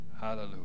Hallelujah